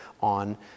on